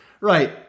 right